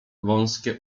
wąskie